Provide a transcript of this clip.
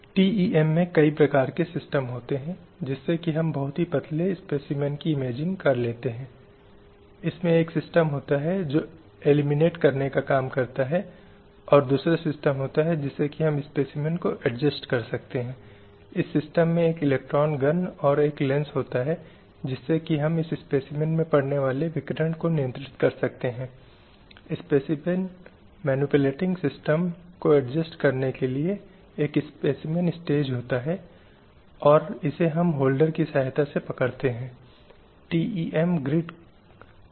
हर कोई सभी प्रकार के अधिकारों और स्वतंत्रता के लिए हकदार है बिना किसी प्रकार के भेदभाव जैसे कि जाति रंग लिंग भाषा धर्म जो कि अनुच्छेद 2 था जिसमें कहा गया है कि अधिकार और स्वतंत्रता को अलग नहीं किया जा सकता है और इस तरह के भेदभाव का आधार जाति रंग लिंग भाषा धर्म नहीं हो सकता है इसलिए सेक्स उन श्रेणियों में से एक है जिनका वहां उल्लेख किया गया है इसलिए इसका अर्थ यह है कि सिर्फ इसलिए कि कोई व्यक्ति एक महिला है सिर्फ इसलिए कि कोई एक लड़की है उस व्यक्ति के लिंग के आधार पर उस व्यक्ति के अधिकारों और स्वतंत्रता को नकारा नहीं जा सकता है